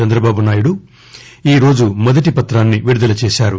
చంద్రబాబు నాయుడు ఈరోజు మొదటి పత్రాన్ని విడుదల చేసారు